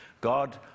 God